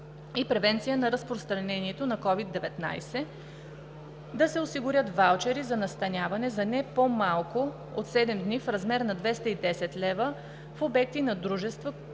и превенция на разпространението на COVID-19, да се осигурят ваучери за настаняване за не по-малко от 7 дни в размер на 210 лв. в обекти на дружества,